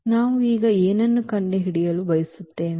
ಮತ್ತು ನಾವು ಈಗ ಏನನ್ನು ಕಂಡುಹಿಡಿಯಲು ಬಯಸುತ್ತೇವೆ